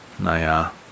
Naja